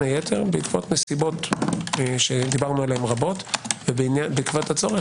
היתר בעקבות נסיבות שדיברנו ועליהן רבות ובעקבות הצורך